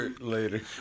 later